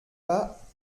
pas